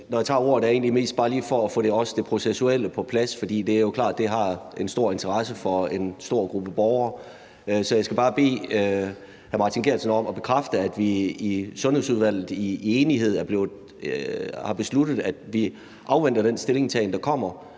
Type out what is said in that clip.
Når jeg tager ordet, er det egentlig mest for bare lige også at få det processuelle på plads, for det er klart, at det har en stor interesse for en stor gruppe borgere. Så jeg skal bare bede hr. Martin Geertsen om at bekræfte, at vi i Sundhedsudvalget i enighed har besluttet, at vi afventer den stillingtagen, der kommer